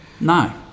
No